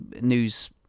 news